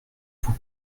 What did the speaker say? vous